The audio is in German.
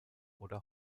oder